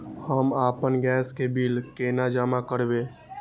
हम आपन गैस के बिल केना जमा करबे?